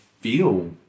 feel